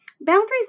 Boundaries